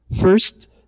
First